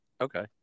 Okay